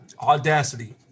audacity